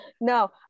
No